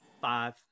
five